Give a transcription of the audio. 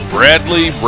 Bradley